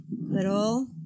little